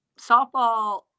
softball